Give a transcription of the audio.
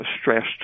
stressed